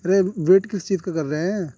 ارے wait کس چیز کا کر رہے ہیں